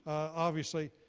obviously,